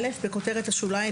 בכותרת השוליים,